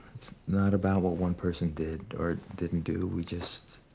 it's not about what one person did or didn't do. we just.